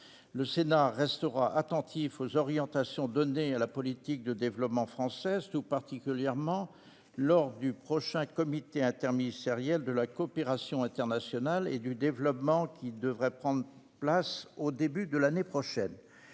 Le Sénat restera attentif aux orientations données à la politique de développement française, tout particulièrement lors de la prochaine réunion du comité interministériel de la coopération internationale et du développement, qui devrait se tenir au début de l'année prochaine.